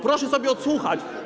Proszę sobie odsłuchać.